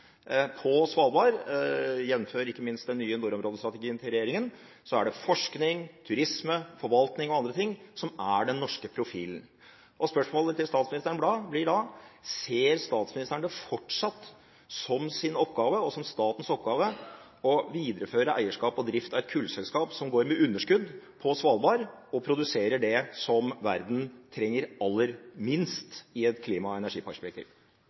På Svalbard, jf. ikke minst den nye nordområdestrategien til regjeringen, er det forskning, turisme, forvaltning og andre ting som er den norske profilen. Spørsmålet til statsministeren blir da: Ser statsministeren det fortsatt som sin og statens oppgave å videreføre eierskap og drift av et kullselskap som går med underskudd på Svalbard, og produserer det som verden trenger aller minst i et klima- og energiperspektiv?